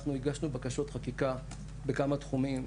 אנחנו הגשנו בקשות חקיקה בכמה תחומים.